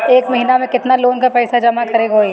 एक महिना मे केतना लोन क पईसा जमा करे क होइ?